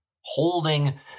holding